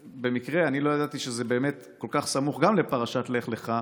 ובמקרה, אני לא ידעתי שזה כל כך סמוך לפרשת לך לך: